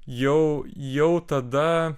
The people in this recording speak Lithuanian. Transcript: jau jau tada